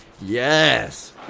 yes